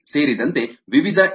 coli ಸೇರಿದಂತೆ ವಿವಿಧ E